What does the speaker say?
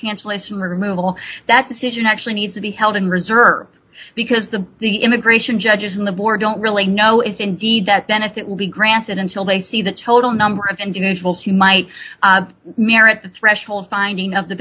cancellation removal that decision actually needs to be held in reserve because the the immigration judges in the board don't really know if indeed that benefit will be granted until they see the total number of individuals who might merit the threshold finding of the